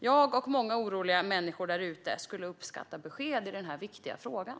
Jag och många oroliga människor där ute skulle uppskatta besked i den här viktiga frågan.